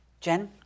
Jen